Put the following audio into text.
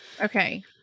Okay